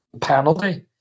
penalty